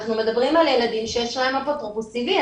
אנחנו מדברים על ילדים שיש להם אפוטרופוס טבעי,